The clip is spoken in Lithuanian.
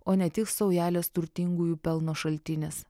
o ne tik saujelės turtingųjų pelno šaltinis